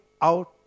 out